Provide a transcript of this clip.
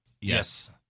Yes